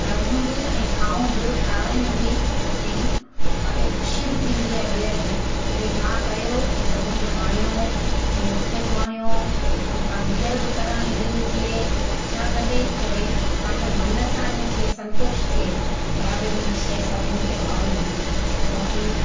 करियूं बि ऐं खाऊं बि खारायूं बि ऐं तव्हांखे ख़ुशी बि थींदी आहे बेहदु के भई मां कयो ऐं सभिनि खे वणियो ऐं मूंखे बि वणियो ऐं पा ॿेहर बि करण जी दिलि थिए छा कॾहिं के भई तव्हांखे मन सां अने थिए संतुष्ट थिए के हा भई मुंहिंजी शइ सभिनि खे वणी बाक़ी